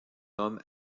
homme